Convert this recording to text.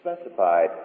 specified